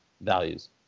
values